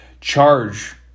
charge